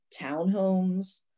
townhomes